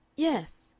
yes,